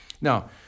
Now